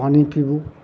पानि पीबू